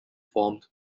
formed